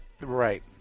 Right